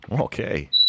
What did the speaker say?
okay